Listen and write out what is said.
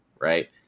right